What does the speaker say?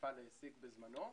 העסיק בזמנו,